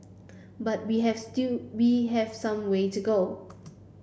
but we have still we have some way to go